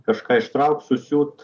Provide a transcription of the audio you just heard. kažką ištraukt susiūt